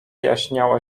jaśniało